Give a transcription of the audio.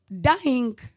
dying